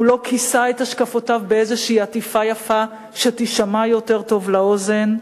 הוא לא כיסה את השקפותיו באיזושהי עטיפה יפה שתישמע יותר טוב לאוזן.